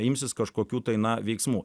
imsis kažkokių tai na veiksmų